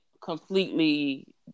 completely